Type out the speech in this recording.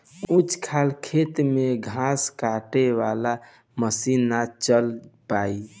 ऊंच खाल खेत में घास काटे वाला मशीन ना चल पाई